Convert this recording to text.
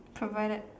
provided